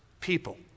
people